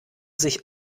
sich